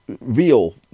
real